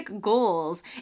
goals